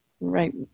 right